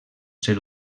ser